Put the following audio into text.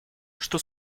что